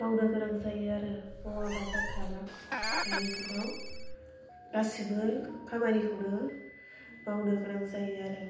मावनो गोनां जायो आरो मावाबा जाथ्रा ना दानि जुगाव गासिबो खामानिखौनो मावनो गोनां जायो आरो